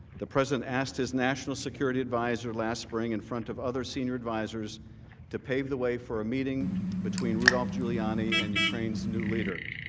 the president asked his national security visor last spring in front of other senior visors to pave the way for a meeting between rudy giuliani and ukraine's new leader.